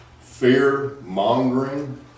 Fear-mongering